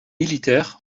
militaires